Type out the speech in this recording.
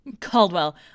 Caldwell